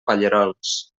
pallerols